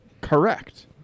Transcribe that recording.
Correct